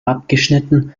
abgeschnitten